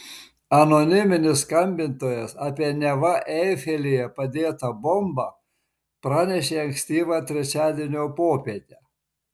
anoniminis skambintojas apie neva eifelyje padėtą bombą pranešė ankstyvą trečiadienio popietę